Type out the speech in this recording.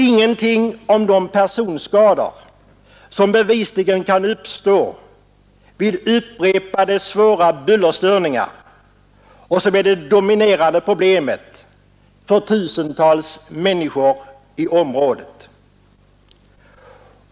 Ingenting om de personskador som bevisligen kan uppstå vid upprepade svåra bullerstörningar och som är det dominerande problemet för tusentals människor i området.